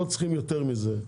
לא צריכים יותר מזה,